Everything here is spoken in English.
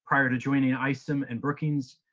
prior to joining isim and brookings,